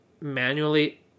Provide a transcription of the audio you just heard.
manually